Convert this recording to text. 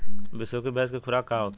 बिसुखी भैंस के खुराक का होखे?